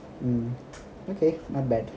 okay not bad